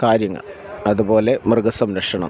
കാര്യങ്ങൾ അതുപോലെ മൃഗസംരക്ഷണം